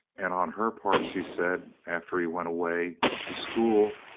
and on her part she said, after he went away to school,